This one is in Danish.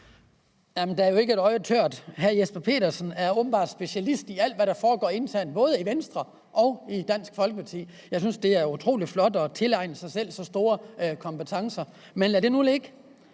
Jamen der er jo ikke et øje tørt. Hr. Jesper Petersen er åbenbart specialist i alt, hvad der foregår internt i både Venstre og Dansk Folkeparti. Jeg synes, det er utrolig flot at have tilegnet sig så store kompetencer. Men lad det nu ligge.